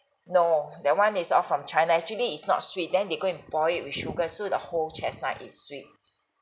no that one is all from china actually it's not sweet then they go and boil it with sugar so the whole chestnut is sweet